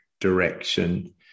direction